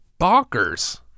bonkers